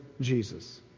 Jesus